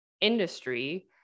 industry